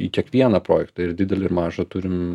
į kiekvieną projektą ir didelį ir mažą turim